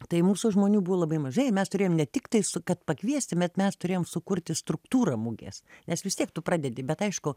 tai mūsų žmonių buvo labai mažai mes turėjom ne tiktai su kad pakviesti bet mes turėjom sukurti struktūrą mugės nes vis tiek tu pradedi bet aišku